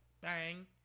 bang